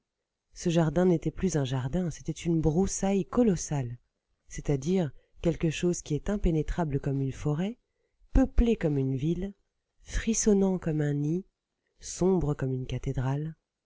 ce jardin n'était plus un jardin c'était une broussaille colossale c'est-à-dire quelque chose qui est impénétrable comme une forêt peuplé comme une ville frissonnant comme un nid sombre comme une cathédrale